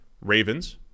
Ravens